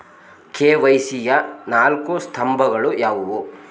KYC ಯ ನಾಲ್ಕು ಸ್ತಂಭಗಳು ಯಾವುವು?